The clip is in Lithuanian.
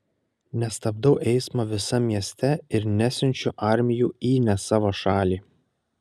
nestabdau eismo visam mieste ir nesiunčiu armijų į ne savo šalį